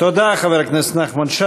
תודה, חבר הכנסת נחמן שי.